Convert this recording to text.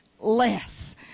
less